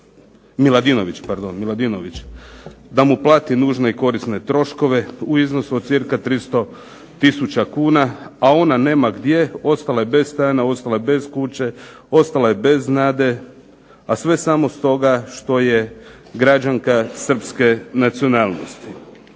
Milicu Miladinović da mu plati nužne i korisne troškove u iznosu od cca 300 tisuća kuna. A ona nema gdje, ostala je bez stana, ostala je bez kuće, ostala je bez nade, a sve samo s toga što je građanka srpske nacionalnosti.